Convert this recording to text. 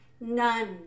none